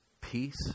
peace